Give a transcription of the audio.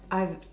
I've